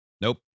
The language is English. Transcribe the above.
Nope